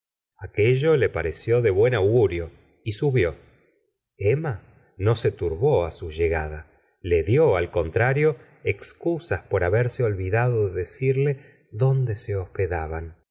aquello le pareció de buen augurio y subió emma no se turbó á su llegada le dió al contrario excusas por haberse olvidado de decirle dónde se hospedaban